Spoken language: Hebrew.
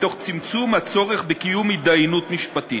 תוך צמצום הצורך בקיום התדיינות משפטית.